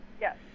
yes